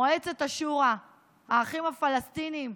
מועצת השורא, האחים הפלסטינים,